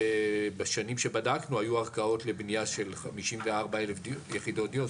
שבשנים שבדקנו היו ארכות לבנייה של 54,000 יחידות דיור,